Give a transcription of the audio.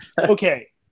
Okay